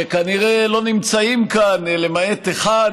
שכנראה לא נמצאים כאן למעט אחד.